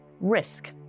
risk